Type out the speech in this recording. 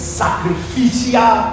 sacrificial